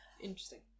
Interesting